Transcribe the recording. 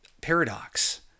paradox